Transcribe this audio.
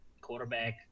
quarterback